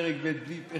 פרק ב' בלי,